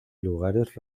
lugares